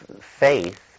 faith